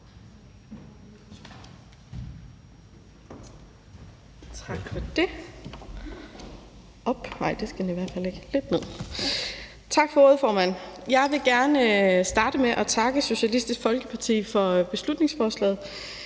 Tak for ordet,